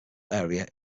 area